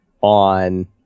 on